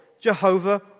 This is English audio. Jehovah